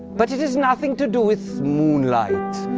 but it has nothing to do with moonlight,